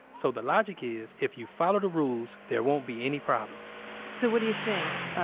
so, the logic is, if you follow the rules there won't be any problems so, what do you think? um,